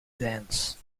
dance